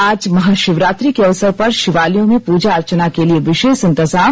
आज महाशिवरात्रि के अवसर पर शिवालयों में पूजा अर्चना के लिए विशेष इंतजाम